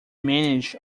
manage